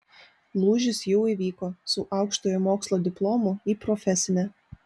lūžis jau įvyko su aukštojo mokslo diplomu į profesinę